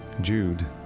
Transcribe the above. Jude